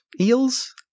Eels